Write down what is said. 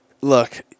Look